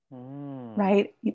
right